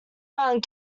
round